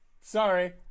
Sorry